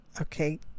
okay